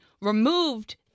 removed